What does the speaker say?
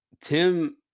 Tim